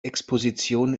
exposition